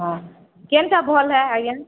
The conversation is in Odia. ହଁ କେନ୍ଟା ଭଲ୍ ଆଏ ଆଜ୍ଞା